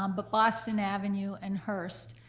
um but boston avenue and hearst.